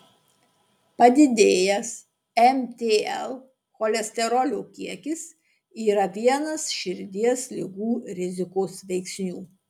padidėjęs mtl cholesterolio kiekis yra vienas širdies ligų rizikos veiksnių